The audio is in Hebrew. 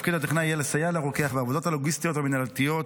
תפקיד הטכנאי יהיה לסייע לרוקח בעבודות הלוגיסטיות והמנהלתיות